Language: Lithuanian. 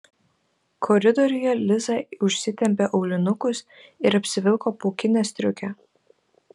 koridoriuje liza užsitempė aulinukus ir apsivilko pūkinę striukę